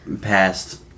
past